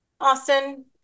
Austin